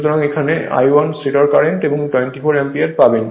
সুতরাং এখানে I1 stator current 24 ampere পাবেন